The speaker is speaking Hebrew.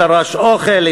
דרש אוכל,